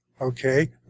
okay